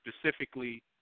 Specifically